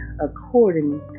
according